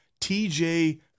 TJ